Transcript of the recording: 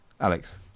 Alex